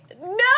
No